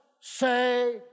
say